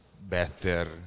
better